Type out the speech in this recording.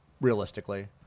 realistically